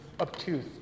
obtuse